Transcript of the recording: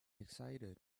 excited